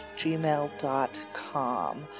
gmail.com